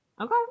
okay